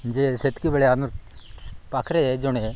ଯେ ସେତିକିବେେଳେ ଆମର ପାଖରେ ଜଣେ